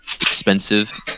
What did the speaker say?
expensive